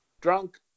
drunk